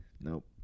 Nope